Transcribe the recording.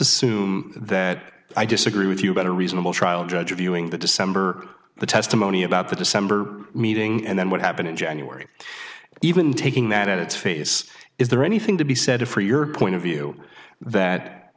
assume that i disagree with you about a reasonable trial judge reviewing the december the testimony about the december meeting and then what happened in january even taking that on its face is there anything to be said for your point of view that